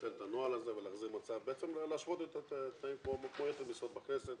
לבטל את הנוהל הזה ובעצם להשוות את התנאים כמו ביתר המשרות בכנסת